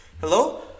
Hello